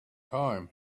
time